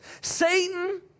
Satan